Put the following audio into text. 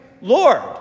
Lord